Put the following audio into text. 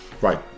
Right